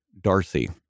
Darcy